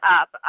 up